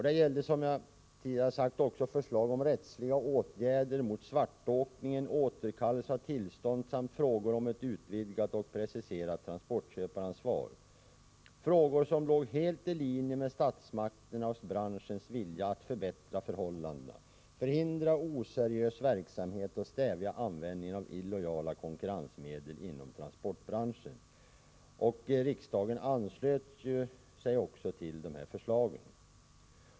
Det gällde även förslag om rättsliga åtgärder mot svartåkningen, som jag tidigare har sagt, återkallelse av tillstånd samt frågor om ett utvidgat och preciserat transportköparansvar. Detta var frågor som låg helt i linje med statsmakternas och branschens vilja att förbättra förhållandena, förhindra oseriös verksamhet och stävja användningen av illojala konkurrensmedel inom transportbranschen. Riksdagen anslöt sig ju också till dessa förslag.